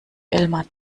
elmar